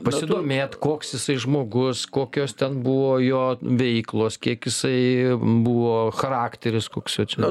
pasidomėt koks jisai žmogus kokios ten buvo jo veiklos kiek jisai buvo charakteris koks jo čia